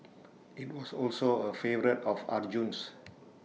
IT was also A favourite of Arjun's